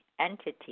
entity